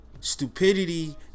stupidity